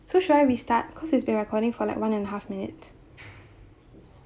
so try restart because it's been recording for like one and a half minute